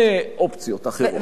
וזה שחור על גבי לבן?